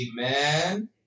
Amen